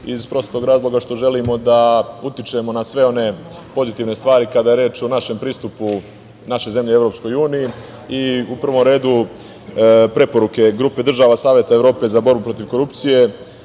iz prostog razloga što želimo da utičemo na sve one pozitivne stvari kada je reč o pristupu naše zemlje Evropskoj uniji.U prvom redu, preporuke Grupe država Saveta Evrope za borbu protiv korupcije